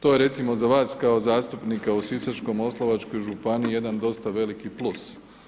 To je recimo za vas kao zastupnika u Sisačko-moslavačkoj županiji jedan dosta veliki plus.